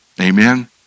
Amen